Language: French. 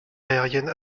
aérienne